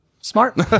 Smart